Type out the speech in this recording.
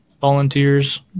volunteers